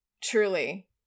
Truly